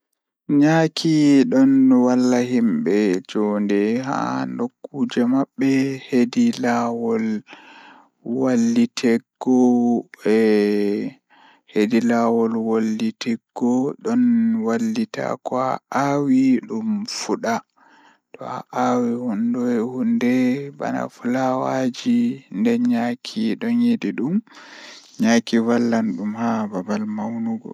No handi kam kondei aɗon tokka kubaruuji duniyaaru Eyi, ko ɗum fuɗɗi e tawti news, kono ɗum wondi ndiyam jeyɗi. Ɓuri ko waɗde warude e hakke ko yimɓe heɓi laawol e nder duniya. Kono, ɓuri ɗum jokka fiyaama sabuɓe dooɗi no waawi fota fota, ɗum fuɗɗi seɗaade hayde.